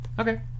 Okay